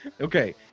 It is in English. Okay